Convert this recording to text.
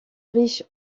riche